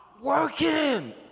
working